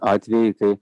atvejį kai